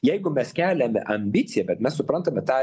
jeigu mes keliame ambiciją bet mes suprantame tą